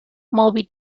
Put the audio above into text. moby